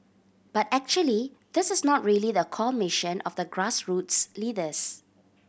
but actually this is not really the core mission of the grassroots leaders